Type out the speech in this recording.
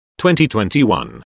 2021